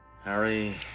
Harry